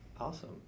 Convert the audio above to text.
Awesome